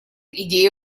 идеи